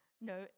No